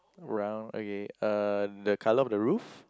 brown okay uh the colour of the roof